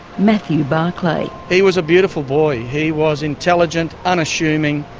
matthew barclay. he was a beautiful boy. he was intelligent, unassuming,